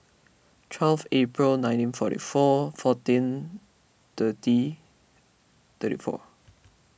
twelve April nineteen forty four fourteen thirty thirty four